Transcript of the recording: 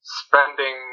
spending